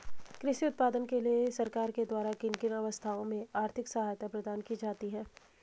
कृषि उत्पादन के लिए सरकार के द्वारा किन किन अवस्थाओं में आर्थिक सहायता प्रदान की जाती है?